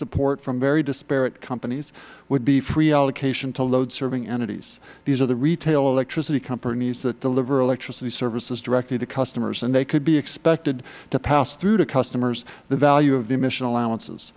support from very disparate companies would be free allocation to load serving entities these are the retail electricity companies that deliver electricity services directly to customers and they could be expected to pass through to customers the value of the emission allowances